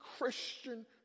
Christian